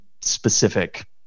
specific